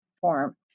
form